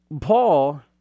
Paul